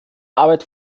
arbeit